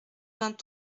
vingt